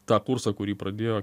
tą kursą kurį pradėjo